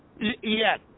Yes